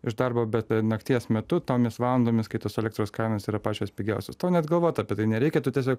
iš darbo bet nakties metu tomis valandomis kai tos elektros kainos yra pačios pigiausios tau net galvoti apie tai nereikia tu tiesiog